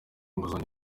inguzanyo